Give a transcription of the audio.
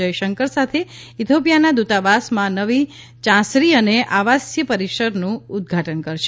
જયશંકર સાથે ઇથોપિયાના દ્રતાવાસમાં નવી ચાંસરી અને આવાસીય પરિસરનું ઉદ્વાટન કરશે